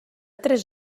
tres